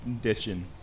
ditching